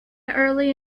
early